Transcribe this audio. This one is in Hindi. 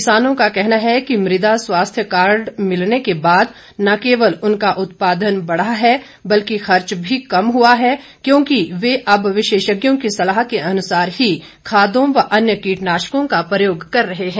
किसानों का कहना है कि मृदा स्वास्थ्य कार्ड मिलने के बाद न केवल उनका उत्पादन बढ़ा है बल्कि खर्च भी कम हुआ है क्योंकि वह अब विशेषज्ञों की सलाह के अनुसार ही खादों व अन्य कीटनाश्कों का प्रयोग कर रहे हैं